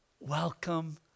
welcome